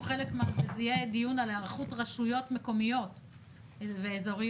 יהיה דיון על היערכות רשויות מקומיות ואזוריות,